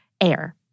air